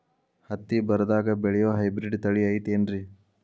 ಹತ್ತಿ ಬರದಾಗ ಬೆಳೆಯೋ ಹೈಬ್ರಿಡ್ ತಳಿ ಐತಿ ಏನ್ರಿ?